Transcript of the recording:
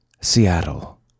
Seattle